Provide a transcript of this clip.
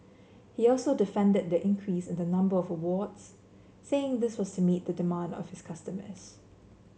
he also defended the increase in the number of awards saying this was to meet the demand of his customers